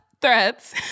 threats